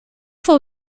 for